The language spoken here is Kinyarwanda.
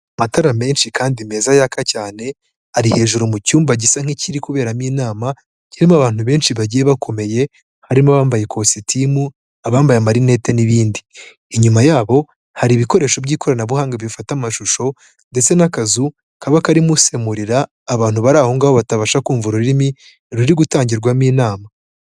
Amatara menshi kandi meza yaka cyane, ari hejuru mu cyumba gisa nk'ikiri kuberamo inama, kirimo abantu benshi bagiye bakomeye, harimo abambaye kositimu, abambaye amarinete n'ibindi. Inyuma yabo hari ibikoresho by'ikoranabuhanga bifata amashusho ndetse n'akazu kaba karimo usemurira abantu bari aho ngaho batabasha kumva ururimi ruri gutangirwamo inama.